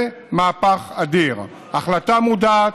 זה מהפך אדיר, החלטה מודעת,